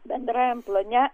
bendrajam plane